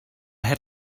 had